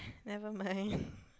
never mind